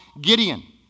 Gideon